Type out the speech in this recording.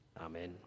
Amen